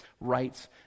rights